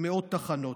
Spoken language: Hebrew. במאות תחנות.